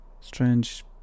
strange